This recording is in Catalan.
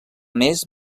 més